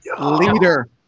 Leader